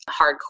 hardcore